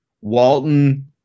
Walton